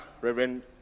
Reverend